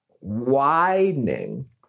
widening